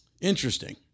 Interesting